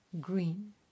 Green